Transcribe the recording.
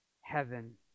heaven